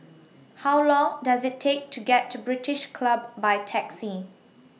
How Long Does IT Take to get to British Club By Taxi